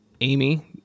Amy